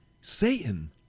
Satan